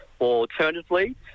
Alternatively